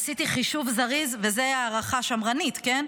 עשיתי חישוב זריז, וזו הערכה שמרנית, כן?